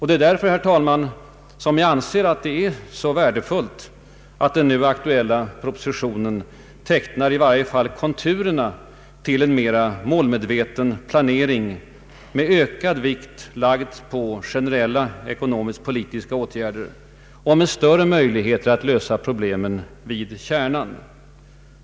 Det är därför, herr talman, som jag anser det vara så värdefullt att den nu aktuella propositionen tecknar i varje fall konturerna till en mer målmedveten planering med ökad vikt lagd på generella ekonomisk-politiska åtgärder och med större möjligheter att lösa problemen vid kärnan.